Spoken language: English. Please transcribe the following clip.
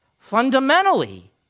fundamentally